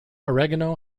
oregano